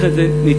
לכן זה נצרך.